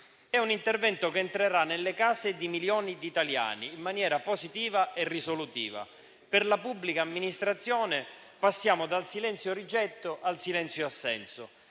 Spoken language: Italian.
È un intervento che entrerà nelle case di milioni di italiani in maniera positiva e risolutiva. Per la pubblica amministrazione, passiamo dal silenzio rigetto al silenzio assenso.